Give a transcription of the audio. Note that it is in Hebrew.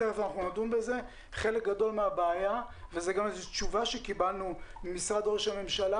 חלק גדול מהבעיה וזו גם התשובה שקיבלנו ממשרד ראש הממשלה